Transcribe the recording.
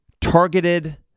targeted